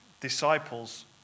disciples